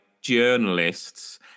journalists